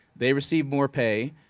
they receive more pay,